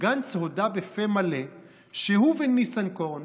גנץ הודה בפה מלא שהוא וניסנקורן